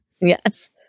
Yes